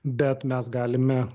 bet mes galime